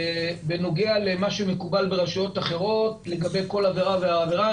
בנוגע למה שמקובל ברשויות אחרות לגבי כל עבירה ועבירה.